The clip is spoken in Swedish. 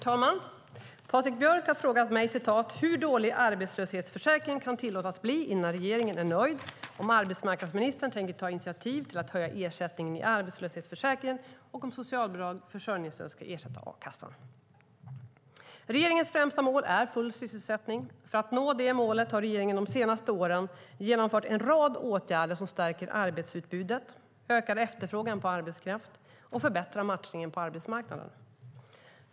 Herr talman! Patrik Björck har frågat mig hur dålig arbetslöshetsförsäkringen kan tillåtas bli innan regeringen är nöjd, om arbetsmarknadsministern tänker ta initiativ till att höja ersättningen i arbetslöshetsförsäkringen och om socialbidrag/försörjningsstöd ska ersätta a-kassan. Regeringens främsta mål är full sysselsättning. För att nå det målet har regeringen de senaste åren genomfört en rad åtgärder som stärker arbetsutbudet, ökar efterfrågan på arbetskraft och förbättrar matchningen på arbetsmarknaden.